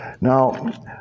Now